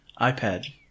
iPad